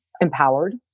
empowered